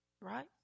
Right